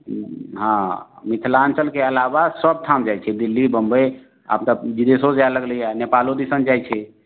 हूँ हँ मिथिलाञ्चलके अलाबा सब ठाम जाइ छै दिल्ली बम्बइ आब तऽ बिदेशो जाए लगलैए नेपालो दिसन जाइ छै